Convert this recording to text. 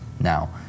Now